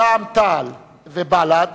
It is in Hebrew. רע"ם-תע"ל ובל"ד,